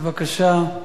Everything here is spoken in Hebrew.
בבקשה.